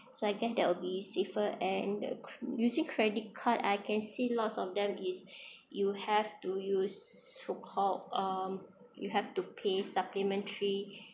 so I guess that will be safer and the using credit card I can see lots of them is you have to use so called um you have to pay supplementary